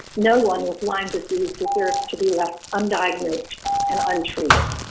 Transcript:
no one with lyme disease deserves to be left undiagnosed and untreated.